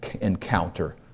encounter